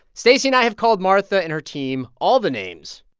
stacey and i have called martha and her team all the names.